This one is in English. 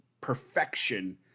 perfection